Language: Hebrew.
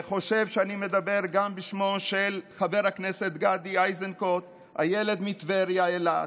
וחושב שאני מדבר גם בשמו של חבר הכנסת גדי איזנקוט: הילד מטבריה ואילת,